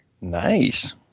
Nice